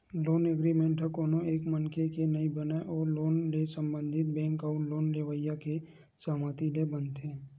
loan agreement ह कोनो एक मनखे के नइ बनय ओ लोन ले संबंधित बेंक अउ लोन लेवइया के सहमति ले बनथे